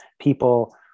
people